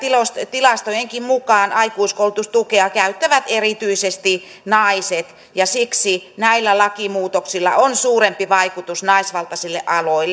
tilastojenkin mukaan aikuiskoulutustukea käyttävät erityisesti naiset ja siksi näillä lakimuutoksilla on suurempi vaikutus naisvaltaisille